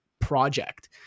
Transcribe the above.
project